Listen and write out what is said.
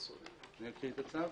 אקריא את הצו?